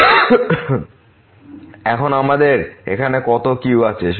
সুতরাং এখন আমাদের এখানে কত q আছে